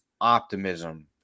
optimism